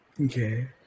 Okay